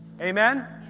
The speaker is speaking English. Amen